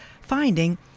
finding